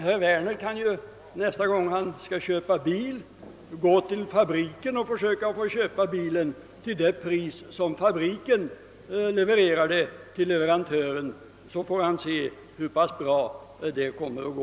Herr Werner kan ju nästa gång han skall köpa bil vända sig till fabriken och försöka köpa bilen till samma pris som fabriken läm nar sin återförsäljare. Då får herr Werner se hur pass bra det kommer att gå!